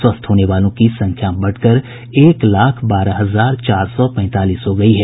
स्वस्थ होने वालों की संख्या बढ़कर एक लाख बारह हजार चार सौ पैंतालीस हो गई है